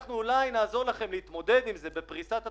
אנחנו אולי נעזור לכם להתמודד עם זה בפריסת התשלומים,